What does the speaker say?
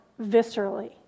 viscerally